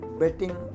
betting